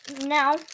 Now